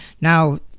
now